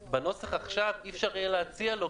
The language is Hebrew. בנוסח עכשיו אי אפשר יהיה להציע לו,